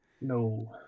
No